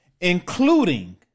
Including